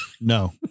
No